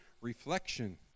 reflection